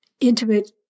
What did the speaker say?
intimate